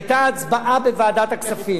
היתה הצבעה בוועדת הכספים